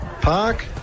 Park